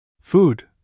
Food